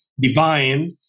Divine